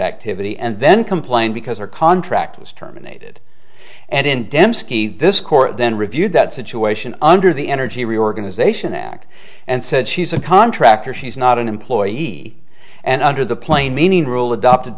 activity and then complain because her contract was terminated and in dembski this court then reviewed that situation under the energy reorganization act and said she's a contractor she's not an employee and under the plain meaning rule adopted